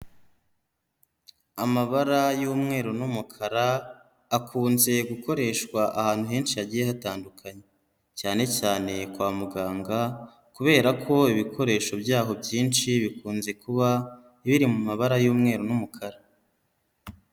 Amabara y'umweru n'umukara akunze gukoreshwa ahantu henshi hagiye hatandukanye cyane cyane kwa muganga kubera ko ibikoresho byaho byinshi bikunze kuba biri mu mabara y'umweru n'umukara.